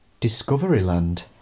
Discoveryland